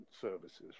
services